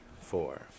four